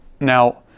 Now